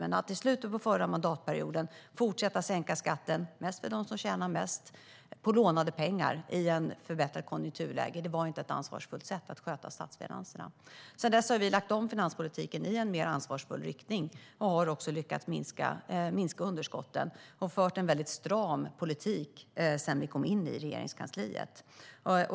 Men att i slutet av förra mandatperioden fortsätta sänka skatten, mest för dem som tjänar mest, med lånade pengar i ett förbättrat konjunkturläge var inte ett ansvarsfullt sätt att sköta statsfinanserna. Sedan dess har vi lagt om finanspolitiken i en mer ansvarsfull riktning och har också lyckats minska underskotten och fört en mycket stram politik sedan vi kom in i Regeringskansliet.